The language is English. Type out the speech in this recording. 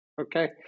Okay